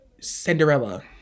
Cinderella